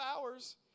hours